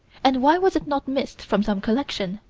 and why was it not missed from some collection?